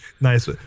Nice